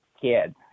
kid